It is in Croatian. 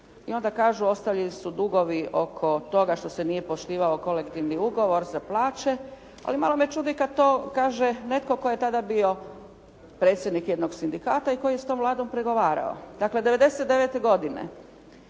i onda kažu ostali su dugovi oko toga što se nije poštivao kolektivni ugovor za plaće, ali malo me čudi kada to kaže netko tko je tada bio predsjednik jednog sindikata i koji je s tom Vladom pregovarao. Dakle, '99. godine